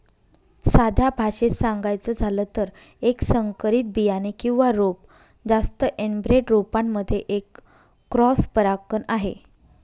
साध्या भाषेत सांगायचं झालं तर, एक संकरित बियाणे किंवा रोप जास्त एनब्रेड रोपांमध्ये एक क्रॉस परागकण आहे